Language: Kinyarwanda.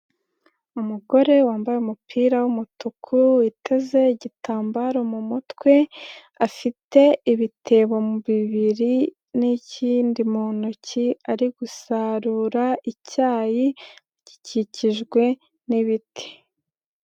Umugore wambaye umupira w'umutuku witeze igitambaro mu mutwe, afite ibitebo bibiri n'ikindi mu ntoki ari gusarura icyayi gikikijwe n'ibiti.